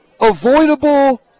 avoidable